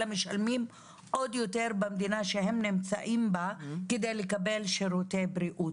אלא גם משלמים עוד יותר במדינה שבה הם נמצאים כדי לקבל שירותי בריאות,